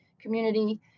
community